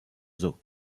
zoo